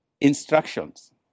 instructions